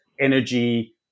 energy